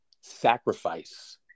sacrifice